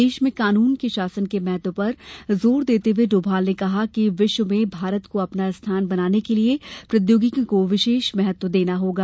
देश में कानून के शासन के महत्व पर जोर देते हए श्री डोभाल ने कहा कि विश्वे में भारत को अपना स्थान बनाने के लिए प्रौद्योगिकी को विशेष महत्व देना होगा